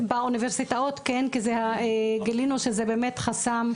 באוניברסיטאות כן, כי גילינו שזה באמת חסם.